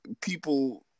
people